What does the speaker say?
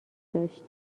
داشت